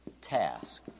task